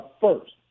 first